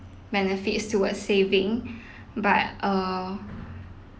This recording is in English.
benefits towards saving but err